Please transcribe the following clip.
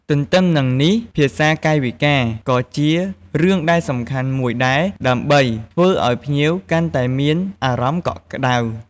ទន្ទឹមនឹងនេះ ភាសាកាយវិការ ក៏ជារឿងដែលសំខាន់មួយដែរ ដើម្បីធ្វើឲ្យភ្ញៀវកាន់តែមានអារម្មណ៍កក់ក្តៅ។